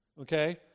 Okay